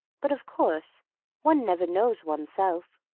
but of course one never knows oneself.